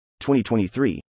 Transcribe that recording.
2023